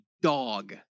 dog